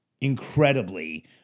incredibly